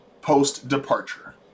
post-departure